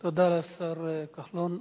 תודה לשר כחלון.